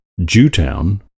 Jewtown